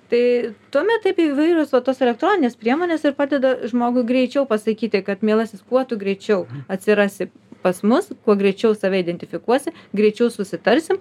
tai tuomet taip įvairios va tos elektroninės priemonės ir padeda žmogui greičiau pasakyti kad mielasis kuo tu greičiau atsirasi pas mus kuo greičiau save identifikuosi greičiau susitarsim